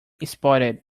spotted